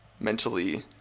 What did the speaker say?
mentally